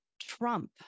trump